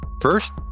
First